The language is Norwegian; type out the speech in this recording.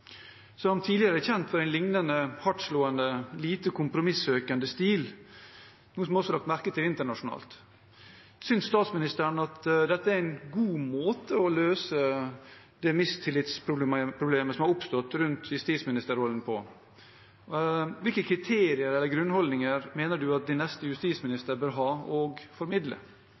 som tidligere er kjent for en lignende, hardtslående og lite kompromissøkende stil, noe som også er blitt lagt merke til internasjonalt. Synes statsministeren at dette er en god måte å løse det mistillitsproblemet som har oppstått rundt justisministerrollen, på? Hvilke kriterier eller grunnholdninger mener hun at hennes neste justisminister bør ha og formidle?